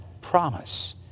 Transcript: promise